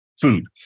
food